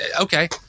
Okay